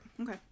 okay